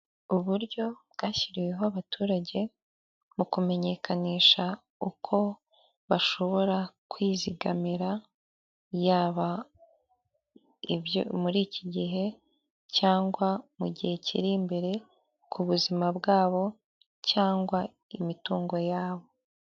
Uburyo bwashyiriweho abaturage mu kumenyekanisha uko bashobora kwizigamira iyaba ibyo muri iki gihe cyangwa mu gihe kiri imbere ku buzima bwabo cyangwa imitungo yabo.